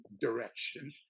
direction